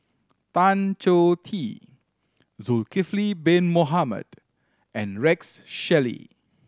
Tan Choh Tee Zulkifli Bin Mohamed and Rex Shelley